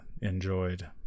enjoyed